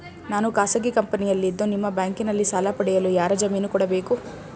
ನಾನು ಖಾಸಗಿ ಕಂಪನಿಯಲ್ಲಿದ್ದು ನಿಮ್ಮ ಬ್ಯಾಂಕಿನಲ್ಲಿ ಸಾಲ ಪಡೆಯಲು ಯಾರ ಜಾಮೀನು ಕೊಡಬೇಕು?